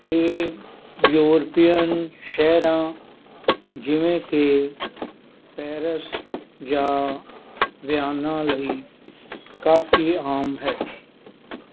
ਇਹ ਯੂਰਪੀਅਨ ਸ਼ਹਿਰਾਂ ਜਿਵੇਂ ਕਿ ਪੈਰਿਸ ਜਾਂ ਵਿਆਨਾ ਲਈ ਕਾਫ਼ੀ ਆਮ ਹੈ